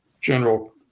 general